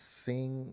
sing